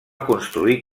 construir